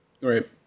Right